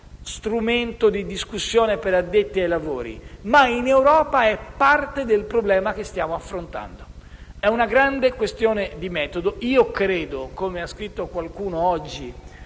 strumento di discussione per addetti ai lavori ma in Europa è parte del problema che stiamo affrontando. È una grande questione di metodo. Io credo, come ha scritto qualcuno oggi